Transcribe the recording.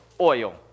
oil